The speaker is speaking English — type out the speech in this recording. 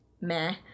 Meh